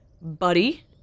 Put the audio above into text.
buddy